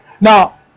now